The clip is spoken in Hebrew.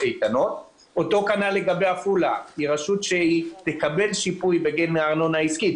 אותו כנ"ל לגבי עפולה שתקבל שיפוי בגין היעדר הכנסות מארנונה עסקית